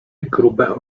grube